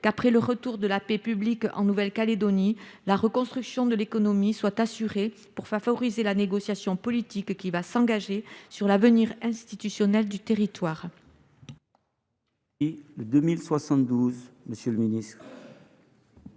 Après le retour de la paix publique en Nouvelle Calédonie, il est essentiel que la reconstruction de l’économie soit assurée pour favoriser la négociation politique qui va s’engager sur l’avenir institutionnel du territoire.